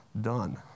done